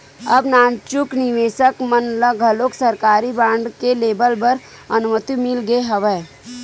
अब नानचुक निवेसक मन ल घलोक सरकारी बांड के लेवब बर अनुमति मिल गे हवय